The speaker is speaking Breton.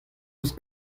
ouzh